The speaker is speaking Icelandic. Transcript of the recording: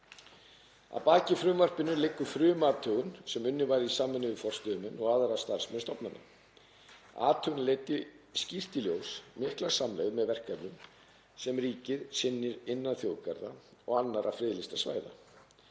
Að baki frumvarpinu liggur frumathugun sem unnin var í samvinnu við forstöðumenn og aðra starfsmenn stofnana. Athugunin leiddi skýrt í ljós mikla samlegð með verkefnum sem ríkið sinnir innan þjóðgarða og annarra friðlýstra svæða.